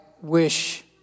wish